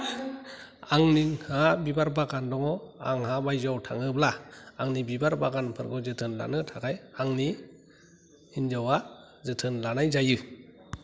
आंनि हा बिबार बागान दङ आंहा बायजोयाव थाङोब्ला आंनि बिबार बागानफोरखौ जोथोन लानो थाखाय आंनि हिन्जावआ जोथोन लानाय जायो